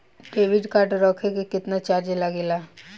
Debit card रखे के केतना चार्ज लगेला?